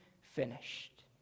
finished